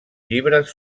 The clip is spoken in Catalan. llibres